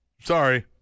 sorry